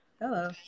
Hello